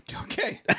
Okay